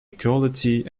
equality